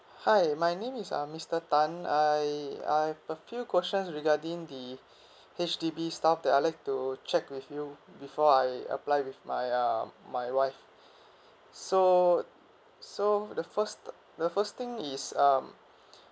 hi my name is uh mister tan I I have a few questions regarding the H_D_B stuff that I'd like to check with you before I apply with my um my wife so so the first the first thing is um